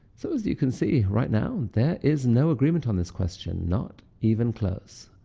so, as you can see, right now there is no agreement on this question, not even close.